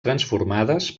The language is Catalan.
transformades